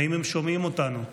האם הם שומעים אותנו?